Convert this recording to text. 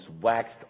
waxed